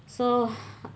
so